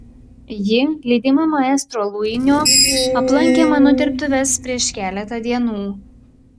ji lydima maestro luinio aplankė mano dirbtuves prieš keletą dienų